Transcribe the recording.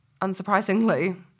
unsurprisingly